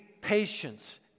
patience